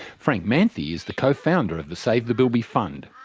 frank manthey is the co-founder of the save the bilby fund.